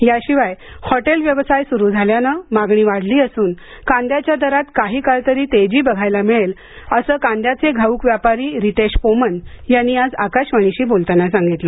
याशिवाय हॉटेल व्यवसाय सुरू झाल्याने मागणी वाढली असून कांद्याच्या दरात काही काळ तरी तेजी पाहायला मिळेल असे कांद्याचे घाऊक व्यापारी रितेश पोमन यांनी आज आकाशवाणीशी बोलताना सांगितलं